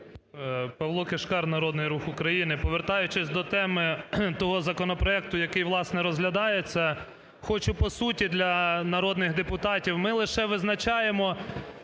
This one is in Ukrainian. Павло Кишкар, Народний Рух України. Повертаючись до теми того законопроекту, який, власне, розглядається, хочу по суті для народних депутатів, ми лише визначаємо